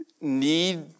need